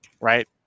right